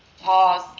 pause